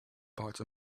parked